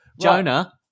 Jonah